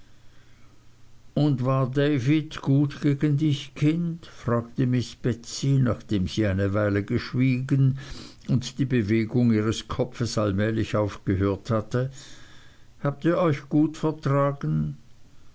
und war david gut gegen dich kind fragte miß betsey nachdem sie eine weile geschwiegen und die bewegung ihres kopfs allmählich aufgehört hatte habt ihr euch gut vertragen